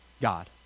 God